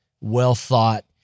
well-thought